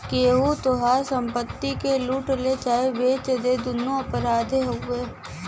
केहू तोहार संपत्ति के लूट ले चाहे बेच दे दुन्नो अपराधे हउवे